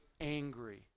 angry